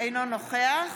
אינו נוכח